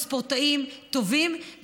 מתוך רצון שיהיו לנו ספורטאיות וספורטאים טובים,